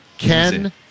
Ken